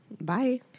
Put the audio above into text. Bye